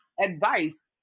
advice